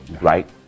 right